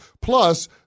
Plus